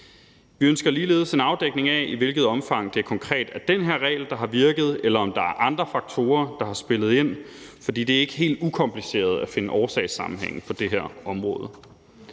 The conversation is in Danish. Vi ønsker ligeledes en afdækning af, i hvilket omfang det konkret er den her regel, der har virket, eller om der er andre faktorer, der har spillet ind. For det er ikke helt ukompliceret at finde årsagssammenhænge på det her område.